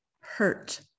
hurt